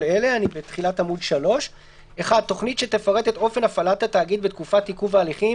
אלה: (1) תוכנית שתפרט את אופן הפעלת התאגיד בתקופת עיכוב ההליכים,